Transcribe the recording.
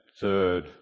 third